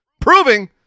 Proving